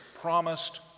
promised